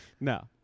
No